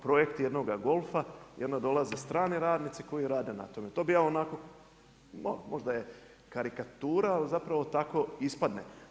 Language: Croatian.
Projekt jednoga golfa jer nam dolaze strani radnici koji rade na tome, to bi ja onako, možda je karikatura ali zapravo tako ispadne.